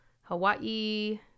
Hawaii